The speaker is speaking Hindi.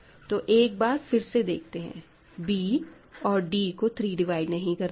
तो एक बार फिर से देखते हैं b और d को 3 डिवाइड नहीं करता है